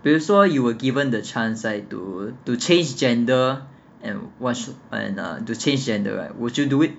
比如说 you were given the chance right to to change gender and was to change gender right would you do it